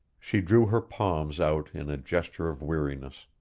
she threw her palms out in a gesture of weariness.